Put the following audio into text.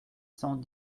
cent